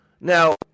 Now